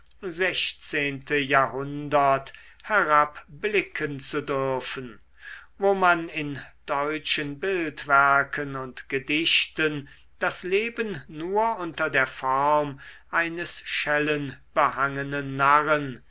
sechzehnte jahrhundert herabblicken zu dürfen wo man in deutschen bildwerken und gedichten das leben nur unter der form eines schellenbehangenen narren